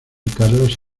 carlos